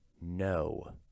no